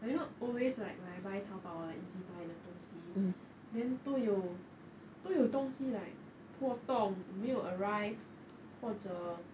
like you know like always when I buying 淘宝 [one] or ezbuy 的东西 then 都有都有东西 like 破洞没有 arrive 或者